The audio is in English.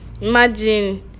Imagine